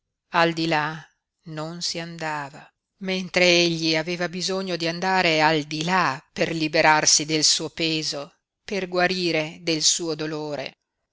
là non si andava mentre egli aveva bisogno di andare al di là per liberarsi del suo peso per guarire del suo dolore